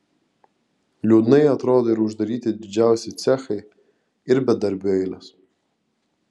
liūdnai atrodo ir uždaryti didžiausi cechai ir bedarbių eilės